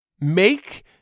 Make